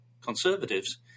conservatives